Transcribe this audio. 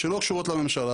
שלא קשורות לממשלה,